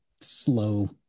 slow